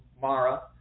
Mara